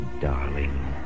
darling